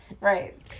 Right